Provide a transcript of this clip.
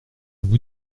vous